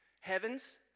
heavens